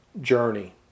journey